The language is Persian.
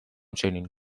چنین